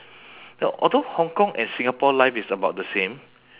ya although hong kong and singapore life is about the same